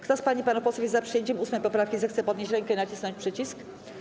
Kto z pań i panów posłów jest za przyjęciem 8. poprawki, zechce podnieść rękę i nacisnąć przycisk.